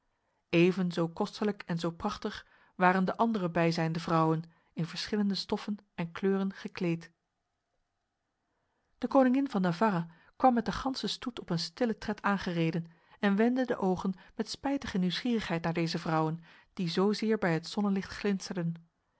zo kostelijk en zo prachtig waren de andere bijzijnde vrouwen in verschillende stoffen en kleuren gekleed de koningin van navarra kwam met de ganse stoet op een stille tred aangereden en wendde de ogen met spijtige nieuwsgierigheid naar deze vrouwen die zozeer bij het zonnelicht glinsterden